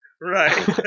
Right